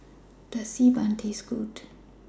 Does Xi Ban Taste Good